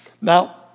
now